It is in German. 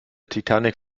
titanic